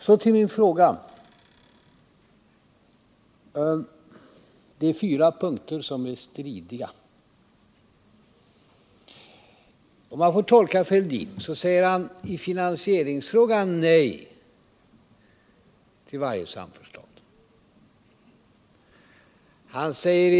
Så till mina frågor om de fyra punkter som är stridiga. Om jag tolkar Thorbjörn Fälldin rätt säger han i finansieringsfrågan nej till varje samförstånd.